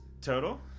total